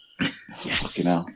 Yes